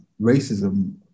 racism